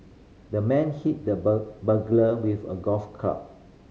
the man hit the burglar with a golf club